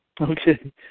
Okay